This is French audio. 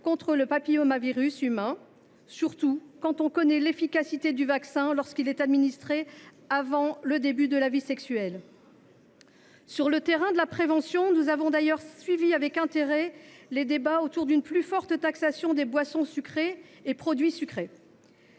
contre le papillomavirus humain, surtout au regard de l’efficacité du vaccin lorsqu’il est administré avant le début de la vie sexuelle. Sur le terrain de la prévention, nous avons suivi avec intérêt les débats autour d’une plus forte taxation des boissons et des produits sucrés.